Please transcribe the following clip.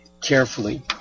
carefully